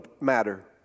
matter